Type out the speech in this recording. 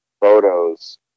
photos